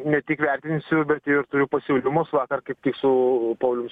ne tik vertinsiu bet ir turiu pasiūlymus vakar kaip tik su paulium